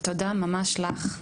ממש תודה לך,